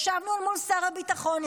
ישבנו מול שר הביטחון,